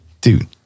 dude